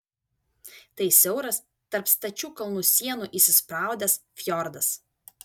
tai siauras tarp stačių kalnų sienų įsispraudęs fjordas